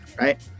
right